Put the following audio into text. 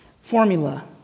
formula